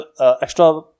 extra